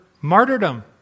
martyrdom